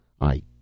I